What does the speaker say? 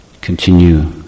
continue